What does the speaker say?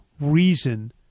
reason